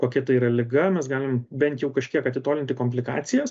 kokia tai yra liga mes galim bent jau kažkiek atitolinti komplikacijas